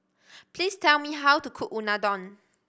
please tell me how to cook Unadon